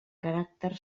caràcter